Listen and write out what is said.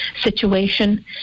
situation